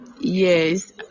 yes